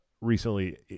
recently